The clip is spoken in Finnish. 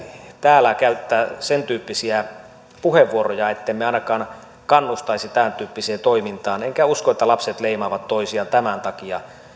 täällä käyttää sentyyppisiä puheenvuoroja ettemme ainakaan kannustaisi tämäntyyppiseen toimintaan enkä usko että lapset leimaavat toisiaan tämän takia